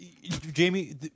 Jamie